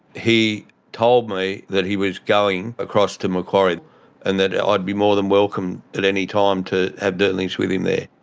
he told me that he was going across to macquarie and that i'd be more than welcome at any time to have dealings with him there.